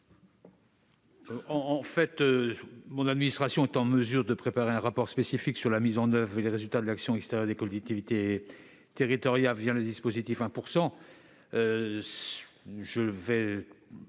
? Mon administration est en mesure de préparer un rapport spécifique sur la mise en oeuvre et les résultats de l'action extérieure des collectivités territoriales les dispositifs